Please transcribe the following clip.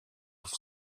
with